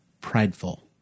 prideful